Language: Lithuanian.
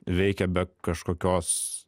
veikia be kažkokios